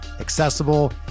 accessible